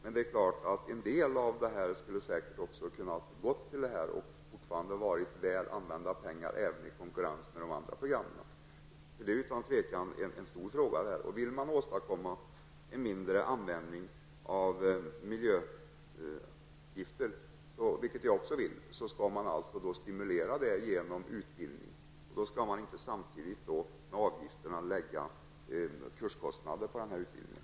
En del skulle säkert ha kunnat gå till lantbrukarna och fortfarande varit väl använda pengar även i konkurrens med de andra programmen. Det här är utan tvivel en stor fråga. Men vill man åstadkomma mindre användning av miljögifter, vilket jag också vill, skall man alltså stimulera det genom utbildning. Då skall man inte utöver miljöavgifterna lägga på kurskostnaden för utbildningen.